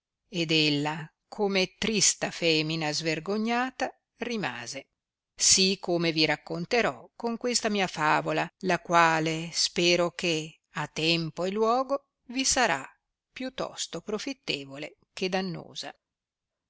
ed ella come trista femina svergognata rimase si come vi racconterò con questa mia favola la quale spero che a tempo e luogo vi sarà più tosto profittevole che dannosa